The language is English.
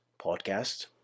podcast